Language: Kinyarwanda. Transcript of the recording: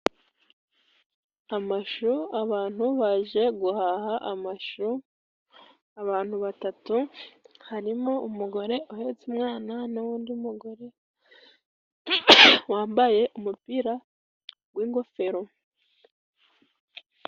Amashu abantu baje guhaha, amashu, abantu batatu, harimo umugore uhetse umwana, n 'undi mugore wambaye umupira w'ingofero.